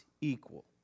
equal